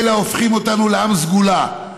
אלה הופכים אותנו לעם סגולה.